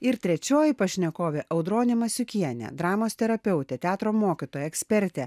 ir trečioji pašnekovė audronė masiukienė dramos terapeutė teatro mokytoja ekspertė